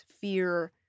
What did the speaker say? fear